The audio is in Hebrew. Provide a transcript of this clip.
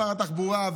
לשר התחבורה,